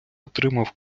отримав